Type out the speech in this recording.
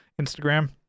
Instagram